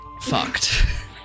fucked